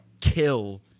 kill